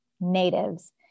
natives